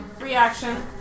reaction